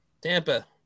Tampa